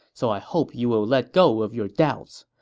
so i hope you will let go of your doubts.